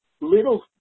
little